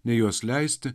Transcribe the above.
nei juos leisti